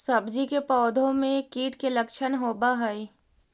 सब्जी के पौधो मे कीट के लच्छन होबहय?